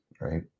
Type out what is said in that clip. right